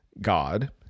God